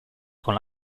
con